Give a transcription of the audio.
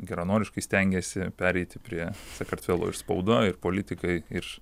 geranoriškai stengiasi pereiti prie sakartvelo ir spauda ir politikai ir